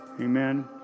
Amen